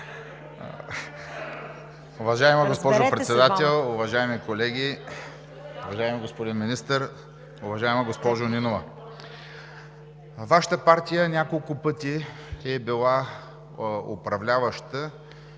Уважаема госпожо Председател, уважаеми колеги, уважаеми господин министър! Уважаема госпожо Нинова, Вашата партия няколко пъти е била управляваща